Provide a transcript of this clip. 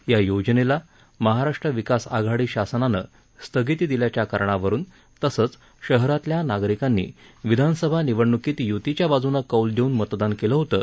या योजनेला महाराष्ट्र विकास आघाडी शासनानं स्थगिती दिल्याच्या कारणावरून तसंच शहरातल्या नागरिकांनी विधानसभा निवडणुकीत युतीच्या बाजुनं कौल देवून मतदान केलं होतं